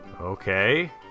Okay